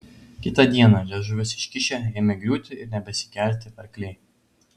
kitą dieną liežuvius iškišę ėmė griūti ir nebesikelti arkliai